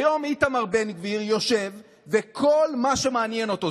היום איתמר בן גביר יושב וכל מה שמעניין אותו,